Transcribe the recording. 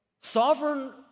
Sovereign